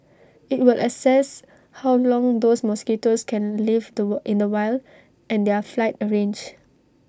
IT will assess how long those mosquitoes can live the in the wild and their flight range